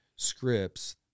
scripts